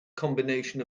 combination